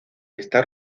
está